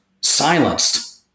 silenced